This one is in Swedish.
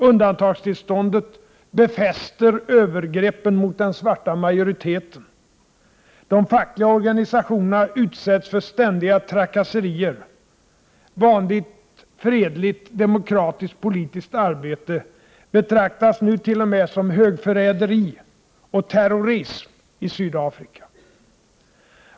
Undantagstillståndet befäster övergreppen mot den svarta majoriteten. De fackliga organisationerna utsätts för ständiga trakasserier. Vanligt fredligt demokratiskt politiskt arbete betraktas nu t.o.m. som högförräderi och terrorism i Sydafrika.